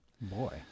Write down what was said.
boy